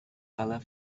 colour